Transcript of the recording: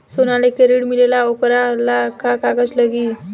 सोना लेके ऋण मिलेला वोकरा ला का कागज लागी?